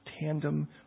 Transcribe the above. tandem